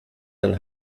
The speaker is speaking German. dann